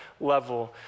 level